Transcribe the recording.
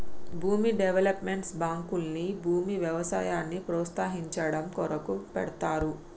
భూమి డెవలప్మెంట్ బాంకుల్ని భూమి వ్యవసాయాన్ని ప్రోస్తయించడం కొరకు పెడ్తారు